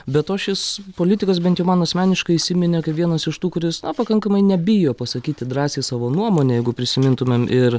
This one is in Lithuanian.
be to šis politikas bent jau man asmeniškai įsiminė kaip vienas iš tų kuris pakankamai nebijo pasakyti drąsiai savo nuomonę jeigu prisimintumėm ir